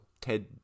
Ted